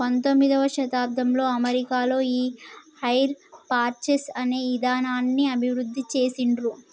పంతొమ్మిదవ శతాబ్దంలో అమెరికాలో ఈ హైర్ పర్చేస్ అనే ఇదానాన్ని అభివృద్ధి చేసిండ్రు